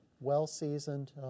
well-seasoned